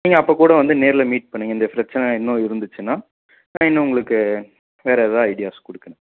நீங்கள் அப்போ கூட வந்து நேரில் மீட் பண்ணுங்கள் இந்த பிரச்சின இன்னும் இருந்துச்சுன்னா நான் இன்னும் உங்களுக்கு வேறு எதாவது ஐடியாஸ் கொடுக்குறேன்